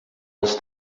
els